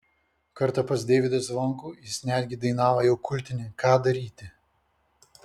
kartą pas deivydą zvonkų jis netgi dainavo jau kultinį ką daryti